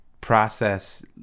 process